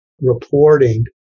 reporting